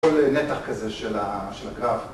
כל נתח כזה של הקרב.